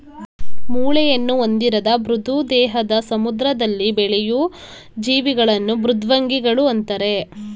ಮೂಳೆಯನ್ನು ಹೊಂದಿರದ ಮೃದು ದೇಹದ ಸಮುದ್ರದಲ್ಲಿ ಬೆಳೆಯೂ ಜೀವಿಗಳನ್ನು ಮೃದ್ವಂಗಿಗಳು ಅಂತರೆ